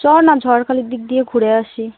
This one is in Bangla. চ না ঝড়খালির দিক দিয়ে ঘুরে আসি